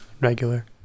regular